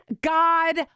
God